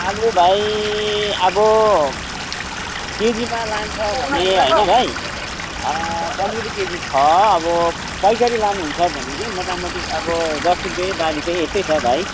आलु भाइ अब केजिमा लान्छ भने होइन भाइ पन्ध्र रुपियाँ केजी छ अब पैकारी लानुहुन्छ भने चाहिँ मोटामोटी अब दस रुपियाँ बाह्र रुपियाँ यस्तै छ भाइ